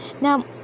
Now